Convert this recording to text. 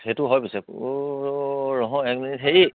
সেইটো হয় পিছে অ' এক মিনিট হেৰি